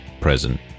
present